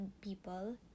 people